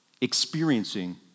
experiencing